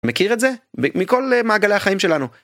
מכיר את זה מכל מעגלי החיים שלנו.